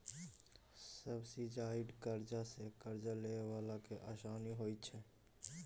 subsidised करजा सँ करजा लए बला केँ आसानी होइ छै